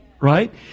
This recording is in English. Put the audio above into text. right